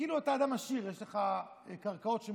לקריאה ראשונה.